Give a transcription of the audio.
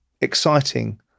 exciting